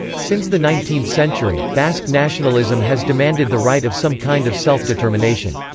since the nineteenth century, basque nationalism has demanded the right of some kind of self-determination.